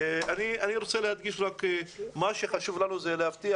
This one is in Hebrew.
אני רוצה להדגיש ולומר שמה שחשוב לנו זה להבטיח